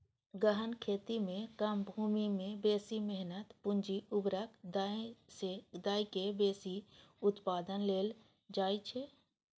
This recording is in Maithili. गहन खेती मे कम भूमि मे बेसी मेहनत, पूंजी, उर्वरक दए के बेसी उत्पादन लेल जाइ छै